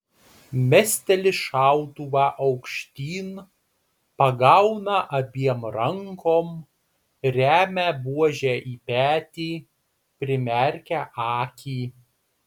mesteli šautuvą aukštyn pagauna abiem rankom remia buožę į petį primerkia akį